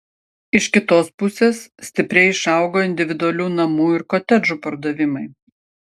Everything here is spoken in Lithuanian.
iš kitos pusės stipriai išaugo individualių namų ir kotedžų pardavimai